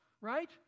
right